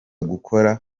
gukora